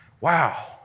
wow